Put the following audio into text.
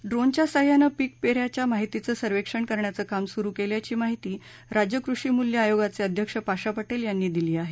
ड्रोनच्या सहाय्यानं पीक पेऱ्याच्या माहितीचं सर्वेक्षण करण्याचं काम सुरु केल्याची माहिती राज्य कृषी मूल्य आयोगाचे अध्यक्ष पाशा पटेल यांनी दिली आहे